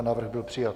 Návrh byl přijat.